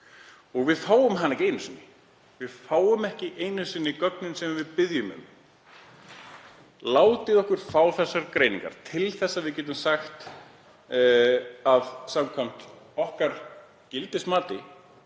og við fáum hana ekki einu sinni. Við fáum ekki einu sinni gögnin sem við biðjum um, látið okkur fá þessar greiningar til þess að við getum sagt að samkvæmt okkar gildismati,